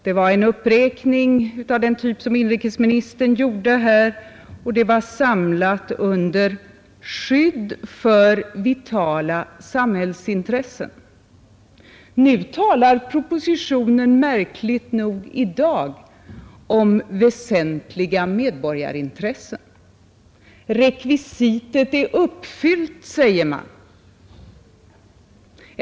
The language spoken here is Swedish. Det var en uppräkning av den typ som inrikesministern gjorde här och det var samlat under ”Skydd för vitala samhällsintressen”. Nu talar propositionen i dag märkligt nog om ”väsentliga medborgarintressen”. Rekvisitet är uppfyllt, säger man.